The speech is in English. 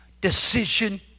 decision